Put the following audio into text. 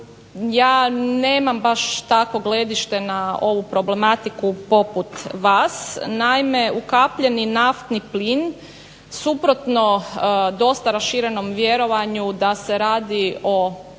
ja nemam baš takvo gledište na ovu problematiku poput vas. Naime ukapljeni naftni plin suprotno dosta raširenom vjerovanju da se radi o